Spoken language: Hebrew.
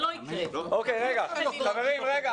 ‏‏חברים,